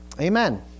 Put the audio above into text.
Amen